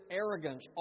arrogance